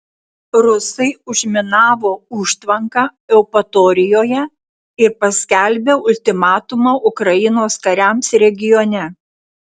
rusai užminavo užtvanką eupatorijoje ir paskelbė ultimatumą ukrainos kariams regione